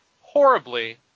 horribly